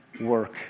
work